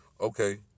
Okay